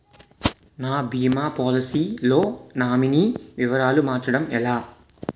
నా భీమా పోలసీ లో నామినీ వివరాలు మార్చటం ఎలా?